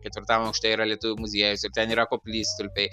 ketvirtam aukšte yra lietuvių muziejus ir ten yra koplystulpiai